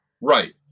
Right